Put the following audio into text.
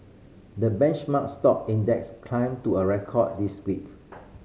the benchmark stock index climbed to a record this week